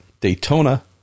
Daytona